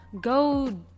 go